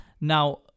Now